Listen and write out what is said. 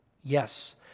Yes